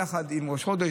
יחד עם ראש חודש,